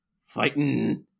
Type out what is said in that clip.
fighting